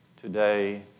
today